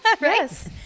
right